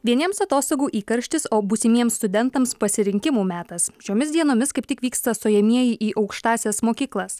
vieniems atostogų įkarštis o būsimiems studentams pasirinkimų metas šiomis dienomis kaip tik vyksta stojamieji į aukštąsias mokyklas